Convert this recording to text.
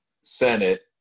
Senate